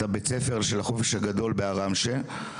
את בית הספר של החופש הגדול בערם שייח',